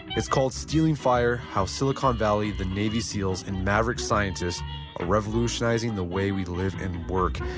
it's called, stealing fire how silicon valley, the navy seals, and maverick scientists are revolutionizing the way we live and work.